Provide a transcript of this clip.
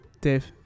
Dave